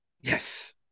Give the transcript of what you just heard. Yes